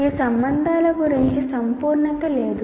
ఈ సంబంధాల గురించి సంపూర్ణత లేదు